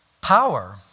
Power